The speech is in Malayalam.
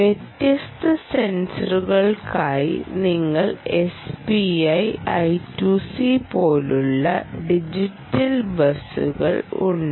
വ്യത്യസ്ത സെൻസറുകൾക്കായി നിങ്ങൾക്ക് SPI I2C പോലുള്ള ഡിജിറ്റൽ ബസുകൾ ഉണ്ട്